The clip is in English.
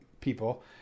people